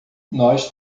nós